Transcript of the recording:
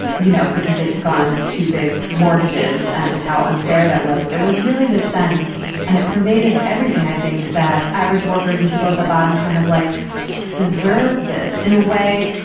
you know, because they took on too big mortgages and how unfair that was. there was really the sense and it pervaded everything. i think that average workers and people at the bottom kind of like deserve this in a way.